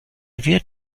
wird